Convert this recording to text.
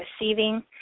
receiving